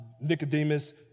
Nicodemus